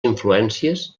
influències